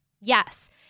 Yes